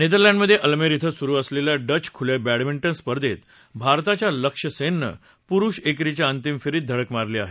नेदरलंडमध्ये Almere इथं सुरू असलेल्या डच खुल्या बॅडमिंधि स्पर्धेत भारताच्या लक्ष्य सेन नं पुरुष एकेरीच्या अंतिम फेरीत धडक मारली आहे